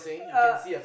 uh